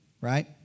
right